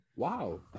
wow